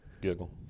giggle